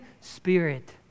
spirit